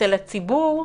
אצל הציבור,